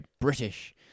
British